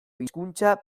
hizkuntza